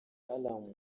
alarm